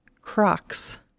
Crocs